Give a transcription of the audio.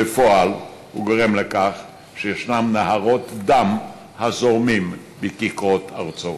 בפועל, הוא גורם לנהרות דם הזורמים מכיכרות ארצו.